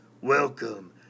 Welcome